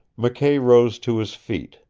mckay rose to his feet.